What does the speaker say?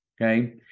okay